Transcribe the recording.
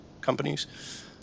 companies